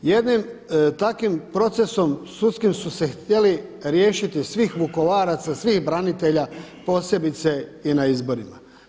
Jednim takvim procesom sudskim su se htjeli riješiti svih Vukovaraca, svih branitelja posebice i na izborima.